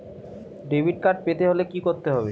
Debit card পেতে হলে কি করতে হবে?